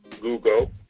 Google